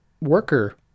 worker